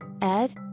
Ed